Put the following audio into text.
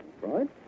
Right